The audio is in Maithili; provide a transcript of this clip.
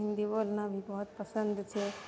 हिन्दी बोलना भी बहुत पसन्द छै